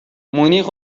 مونیخ